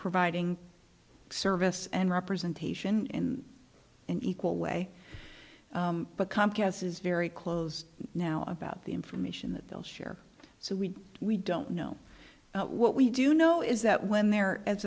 providing service and representation in an equal way but comcast is very close now about the information that they'll share so we we don't know what we do know is that when there a